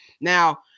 Now